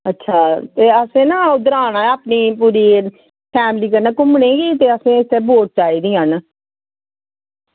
ते असें ना उद्धर आना ऐ अपनी पूरी फैमिली कन्नै घुम्मनै ई ते असें इत्थें बोट चाही दियां न